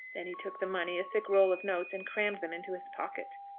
then he took the money, a thick roll of notes, and crammed them into his pocket.